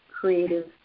creative